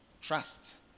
trust